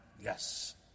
Yes